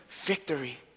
victory